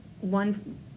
one